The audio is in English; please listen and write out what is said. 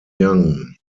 young